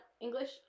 English